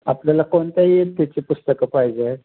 आपल्याला कोणत्याही त्याची पुस्तकं पाहिजे आहे